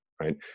Right